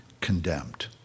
condemned